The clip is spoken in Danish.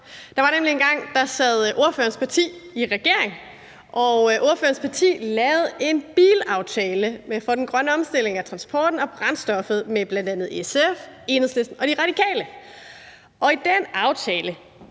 Der var nemlig engang, hvor ordførerens parti sad i regering, og der lavede ordførerens parti en bilaftale i forbindelse med den grønne omstilling af transporten og brændstoffet med bl.a. SF, Enhedslisten og De Radikale. Og i den aftale